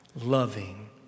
loving